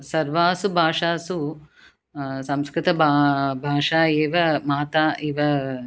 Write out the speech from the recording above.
सर्वासु भाषासु संस्कृतभाषा भाषा एव माता इव